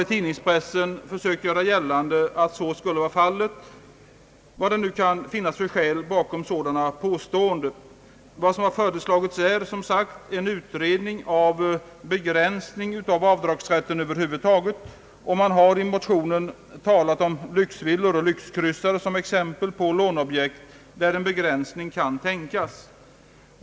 I tidningspressen har man försökt göra gällande att så skulle vara fallet, vad det nu kan finnas för motiv bakom sådana påståenden. Vad som här har föreslagits är en utredning om och begränsning av avdragsrätten över huvud taget. I motionen talas om lyxvillor och lyxkryssare som exempel på låneobjekt där en begränsning kan tänkas.